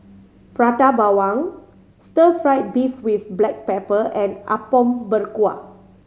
Prata Bawang stir fried beef with black pepper and Apom Berkuah